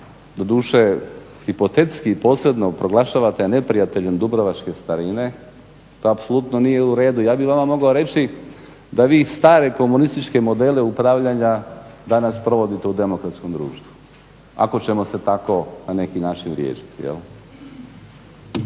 doduše, hipotetski i posredno proglašavate neprijateljem dubrovačke starine to apsolutno nije u redu. Ja bih vama mogao reći da vi stare komunističke modele upravljanja danas provodite u demokratskom društvu, ako ćemo se tako na neki način vrijeđati.